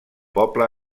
poble